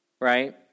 right